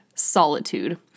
solitude